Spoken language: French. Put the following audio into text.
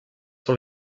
sont